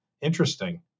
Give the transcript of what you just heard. Interesting